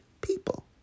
people